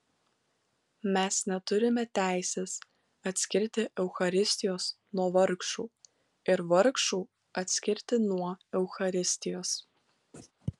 mes neturime teisės atskirti eucharistijos nuo vargšų ir vargšų atskirti nuo eucharistijos